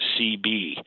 CB